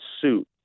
suit